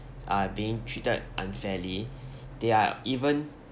are being treated unfairly they're even